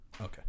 Okay